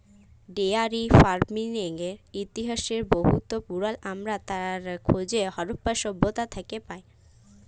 dairy ফারমিংয়ের ইতিহাস বহুত পুরাল আমরা তার খোঁজ হরপ্পা সভ্যতা থ্যাকে পায়